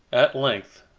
at length,